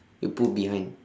you put behind